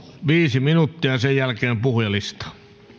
viisi minuuttia sen jälkeen puhujalistaan